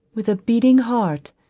with a beating heart,